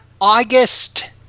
august